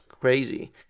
crazy